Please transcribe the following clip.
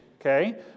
okay